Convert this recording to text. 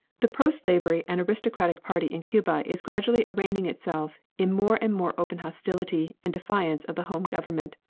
the proslavery and aristocratic party in cuba is gradually arraigning itself in more and more open hostility and defiance of the home government,